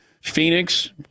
Phoenix